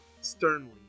sternly